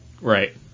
right